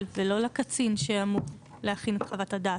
ולא לקצין שאמור להכין את חוות הדעת.